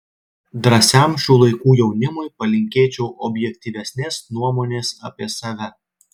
drąsiam šių laikų jaunimui palinkėčiau objektyvesnės nuomonės apie save